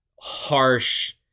harsh